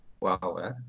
wow